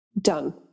done